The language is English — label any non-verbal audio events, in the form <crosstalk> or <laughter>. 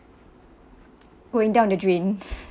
going down the drain <laughs>